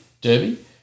Derby